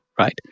Right